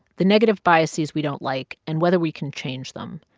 the negative biases we don't like and whether we can change them.